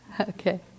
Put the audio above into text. Okay